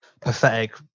pathetic